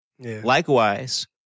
Likewise